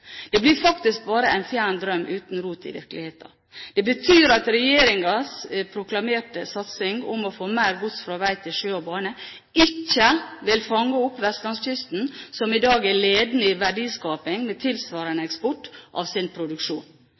Det blir faktisk bare en fjern drøm uten rot i virkeligheten. Det betyr at regjeringens proklamerte satsing om å få mer gods fra vei til sjø og bane ikke vil fange opp vestlandskysten, som i dag er ledende i verdiskaping med tilsvarende eksport av sin produksjon.